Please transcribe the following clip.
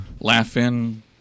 laughing